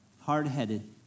hard-headed